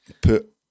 Put